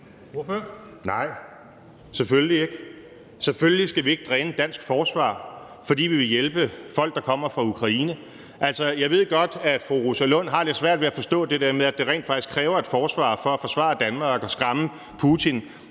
Nej, selvfølgelig ikke. Selvfølgelig skal vi ikke dræne dansk forsvar, fordi vi vil hjælpe folk, der kommer fra Ukraine. Altså, jeg ved godt, at fru Rosa Lund har lidt svært ved at forstå det der med, at det rent faktisk kræver et forsvar for at kunne forsvare Danmark og skræmme Putin.